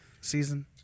season